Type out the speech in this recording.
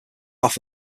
off